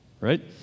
right